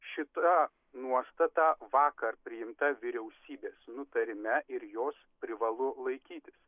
šita nuostata vakar priimta vyriausybės nutarime ir jos privalu laikytis